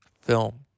film